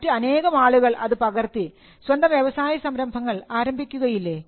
മറ്റു അനേകം ആളുകൾ അത് പകർത്തി സ്വന്തം വ്യവസായ സംരംഭങ്ങൾ ആരംഭിക്കുകയില്ലേ